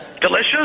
Delicious